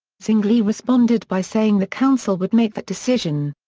zwingli responded by saying the council would make that decision.